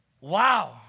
Wow